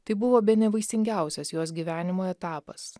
tai buvo bene vaisingiausias jos gyvenimo etapas